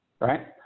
right